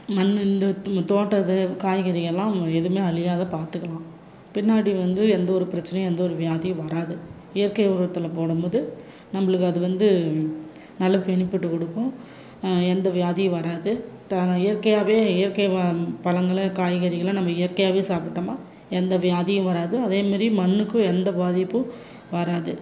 மண் இந்த தோட்டம் இது காய்கறிகள்லாம் எதுவும் அழியாம பார்த்துக்கலாம் பின்னாடி வந்து எந்தவொரு பிரச்சனையும் எந்தவொரு வியாதியும் வராது இயற்கை உரத்தில் போடும்போது நம்மளுக்கு அது வந்து நல்ல பெனிஃபிட்டு கொடுக்கும் எந்த வியாதியும் வராது தானாக இயற்கையாகவே இயற்கை பழங்களை காய்கறிகளை நம்ம இயற்கையாகவே சாப்பிட்டோம்னா எந்த வியாதியும் வராது அதேமாரி மண்ணுக்கும் எந்த பாதிப்பும் வராது